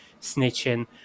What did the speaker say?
snitching